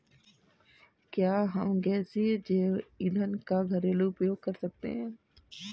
क्या हम गैसीय जैव ईंधन का घरेलू उपयोग कर सकते हैं?